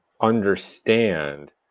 understand